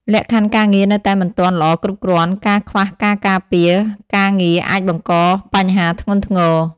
លក្ខខណ្ឌការងារនៅតែមិនទាន់ល្អគ្រប់គ្រាន់ ការខ្វះការការពារការងារអាចបង្កបញ្ហាធ្ងន់ធ្ងរ។